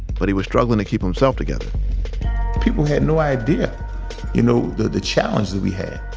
but he was struggling to keep himself together people had no idea you know the the challenges we had.